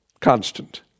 constant